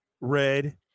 red